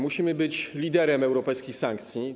Musimy być liderem europejskich sankcji.